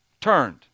turned